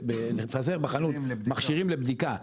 נפזר בחנות מכשירים לבדיקה,